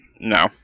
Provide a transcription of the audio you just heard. No